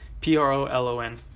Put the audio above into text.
P-R-O-L-O-N